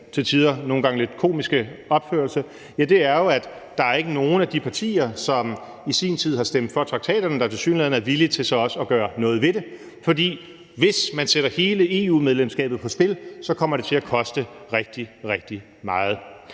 til tider nogle gange lidt komiske opførelse, er jo, at der ikke er nogen af de partier, som i sin tid har stemt for traktaterne, der tilsyneladende er villige til så også at gøre noget ved det. For hvis man sætter hele EU-medlemskabet på spil, kommer det til at koste rigtig, rigtig meget.